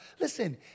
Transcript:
Listen